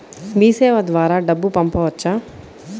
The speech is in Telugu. మీసేవ ద్వారా డబ్బు పంపవచ్చా?